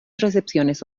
recepciones